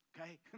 okay